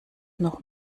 noch